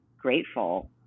grateful